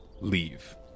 leave